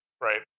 Right